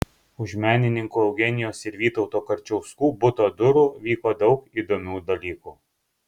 už menininkų eugenijos ir vytauto karčiauskų buto durų vyko daug įdomių dalykų